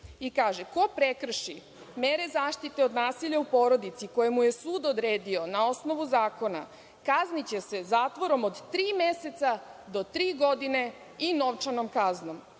i kaže - ko prekrši mere zaštite od nasilja u porodici koje mu je sud odredio na osnovu zakona, kazniće se zatvorom od tri meseca do tri godine i novčanom kaznom.